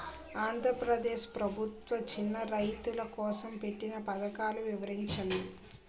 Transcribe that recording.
ఆంధ్రప్రదేశ్ ప్రభుత్వ చిన్నా రైతుల కోసం పెట్టిన పథకాలు వివరించండి?